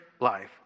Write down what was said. life